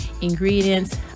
ingredients